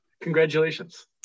Congratulations